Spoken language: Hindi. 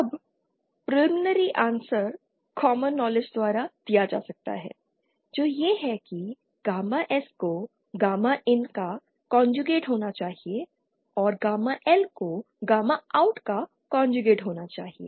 अब प्रिलिमिनरी आंसर कॉमन नॉलेज द्वारा दिया जा सकता है जो यह है कि गामा S को गामा IN का कोंजूगेट होना चाहिए और गामा L को गामा OUT का कोंजूगेट होना चाहिए